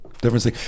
difference